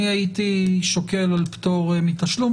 אני הייתי שוקל על פטור מתשלום,